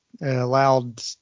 allowed